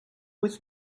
with